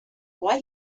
why